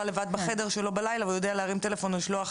לבד בחדר שלו בלילה והוא יודע להרים טלפון או לשלוח